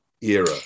era